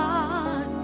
God